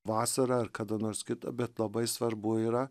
vasarą ar kada nors kitą bet labai svarbu yra